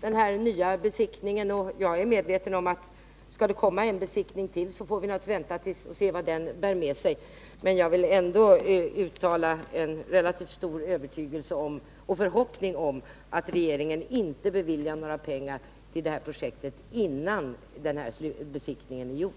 den nya besiktningen. Jag är medveten om att om det skall utföras en besiktning till, så får vi naturligtvis vänta och se vilka konsekvenser den medför. Men jag vill ändå uttala att jag är övertygad om — och hoppas — att regeringen inte beviljar några pengar till detta projekt innan besiktningen är genomförd.